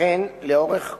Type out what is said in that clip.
לכן לאורך השנים,